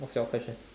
what's your question